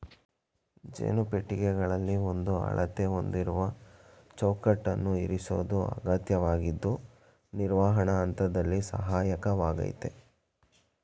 ಜೇನು ಪೆಟ್ಟಿಗೆಗಳಲ್ಲಿ ಒಂದೇ ಅಳತೆ ಹೊಂದಿರುವ ಚೌಕಟ್ಟನ್ನು ಇರಿಸೋದು ಅಗತ್ಯವಾಗಿದ್ದು ನಿರ್ವಹಣೆ ಹಂತದಲ್ಲಿ ಸಹಾಯಕವಾಗಯ್ತೆ